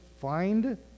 find